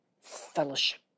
fellowship